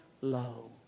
low